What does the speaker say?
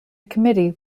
committee